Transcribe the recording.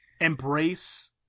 embrace